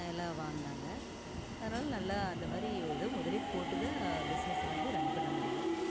எல்லாம் வாங்குனாங்கள் அதுனால் நல்லா அந்தமாதிரி எதோ முதலீடு போட்டுதான் பிஷ்னஸ் வந்து ரன் பண்ண முடியும்